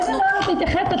לאיזה נוהל את מתייחסת,